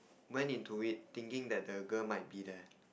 went into it thinking that the girl might be there